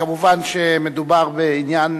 כמובן, מדובר בעניין